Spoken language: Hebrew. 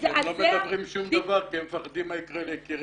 מזעזע -- פשוט לא מדברים שום דבר כי הם מפחדים מה יקרה ליקיריהם.